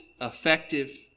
effective